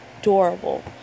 adorable